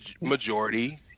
majority